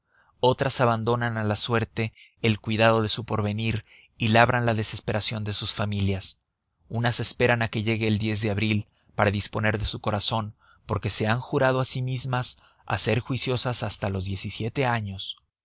otras abandonan a la suerte el cuidado de su porvenir y labran la desesperación de sus familias unas esperan a que llegue el de abril para disponer de su corazón porque se han jurado a sí mismas a ser juiciosas hasta los diez y siete años